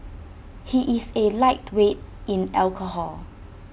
he is A lightweight in alcohol